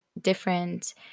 different